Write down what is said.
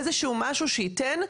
איזה שהוא משהו שייתן.